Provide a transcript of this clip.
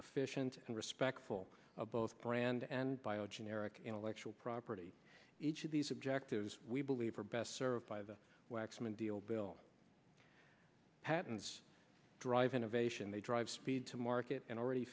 efficient and respectful of both brand and bio generic intellectual property each of these objectives we believe are best served by the waxman deal bill patents drive innovation they drive speed to market and already